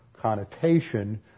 connotation